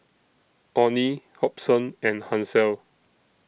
Onie Hobson and Hansel